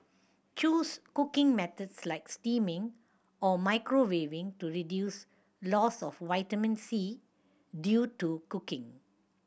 choose cooking methods like steaming or microwaving to reduce loss of vitamin C due to cooking